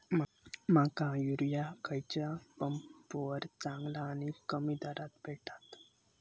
माका युरिया खयच्या ऍपवर चांगला आणि कमी दरात भेटात?